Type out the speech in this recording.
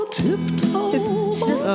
tiptoe